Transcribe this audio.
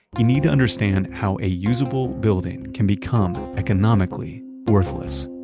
you need to understand how a usable building can become economically worthless